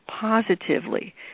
positively